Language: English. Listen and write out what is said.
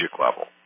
level